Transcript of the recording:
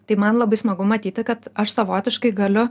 tai man labai smagu matyti kad aš savotiškai galiu